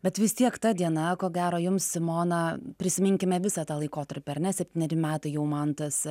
bet vis tiek ta diena ko gero jums simona prisiminkime visą tą laikotarpį ar ne septyneri metai jau mantas